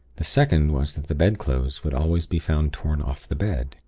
the second was that the bedclothes would always be found torn off the bed,